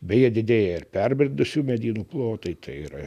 beje didėja ir perbrendusių medynų plotai tai yra